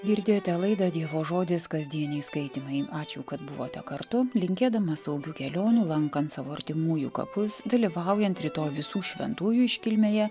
girdėjote laidą dievo žodis kasdieniai skaitymai ačiū kad buvote kartu linkėdamas saugių kelionių lankant savo artimųjų kapus dalyvaujant rytoj visų šventųjų iškilmėje